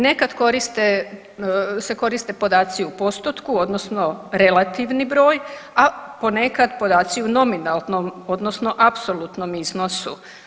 Nekad se koriste podaci u postotku, odnosno relativni broj, a ponekad podaci u nominalnom, odnosno apsolutnom iznosu.